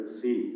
see